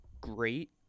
great